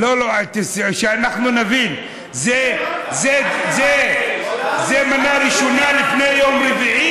לא, שאנחנו נבין, זה מנה ראשונה לפני יום רביעי?